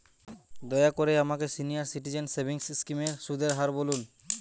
দয়া করে আমাকে সিনিয়র সিটিজেন সেভিংস স্কিমের সুদের হার বলুন